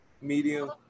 Medium